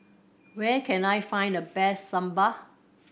where can I find the best Sambar